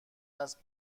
است